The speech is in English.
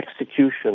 execution